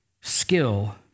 skill